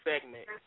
segment